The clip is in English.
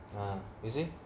ah is it